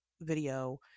video